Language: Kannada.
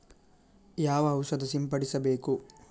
ಯಾವ ಔಷಧ ಸಿಂಪಡಿಸಬೇಕು?